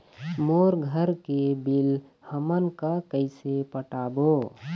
मोर घर के बिल हमन का कइसे पटाबो?